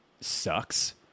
sucks